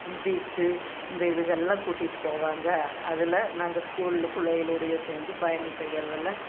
beach இந்த இதுகள்லாம் கூட்டிகிட்டு போவாங்க அதில் நாங்கள் ஸ்கூல்ல பிள்ளைகளுடையே சேர்ந்து பயணம் செய்யறதில்